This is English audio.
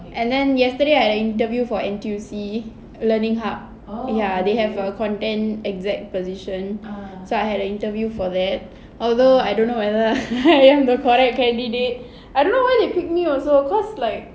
and then yesterday I interviewed for N_T_U_C learning hub ya they have a content exec~ position so I had a interview for that although I don't know whether I'm the correct candidate I don't know why they pick me also because like